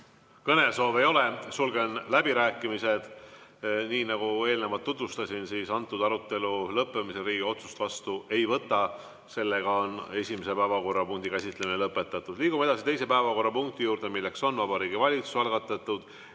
kõnesoove ei ole. Sulgen läbirääkimised. Nii nagu eelnevalt tutvustasin, selle arutelu lõppemisel Riigikogu otsust vastu ei võta. Esimese päevakorrapunkti käsitlemine on lõpetatud. Liigume edasi teise päevakorrapunkti juurde, mis on Vabariigi Valitsuse algatatud